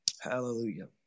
Hallelujah